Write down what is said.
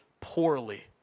poorly